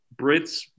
Brits